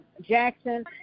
Jackson